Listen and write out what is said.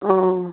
অঁ